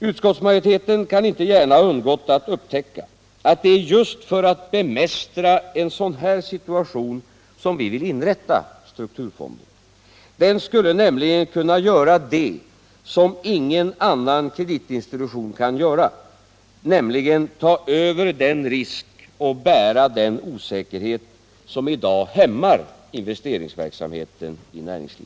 Utskottsmajoriteten kan inte gärna ha undgått att upptäcka att det är just för att bemästra en sådan här situation som vi vill inrätta strukturfonden. Den skulle nämligen kunna göra det som ingen annan kreditinstitution kan göra, dvs. ta över den risk och bära den osäkerhet som i dag hämmar investeringsverksamheten.